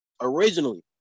originally